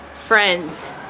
friends